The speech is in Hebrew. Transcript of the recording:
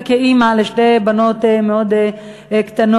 וכאימא לשתי בנות מאוד קטנות,